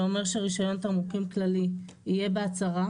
שאומר שרישיון תמרוקים כללי יהיה בהצהרה,